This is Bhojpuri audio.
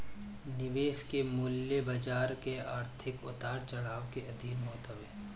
निवेश के मूल्य बाजार के आर्थिक उतार चढ़ाव के अधीन होत हवे